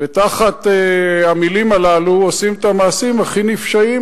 ותחת המלים הללו עושים את המעשים הכי נפשעים